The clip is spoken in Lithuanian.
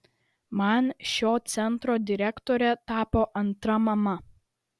man šio centro direktorė tapo antra mama